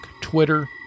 Twitter